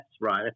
right